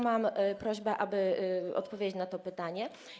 Mam prośbę, aby odpowiedzieć na to pytanie.